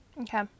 Okay